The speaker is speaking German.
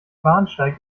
bahnsteig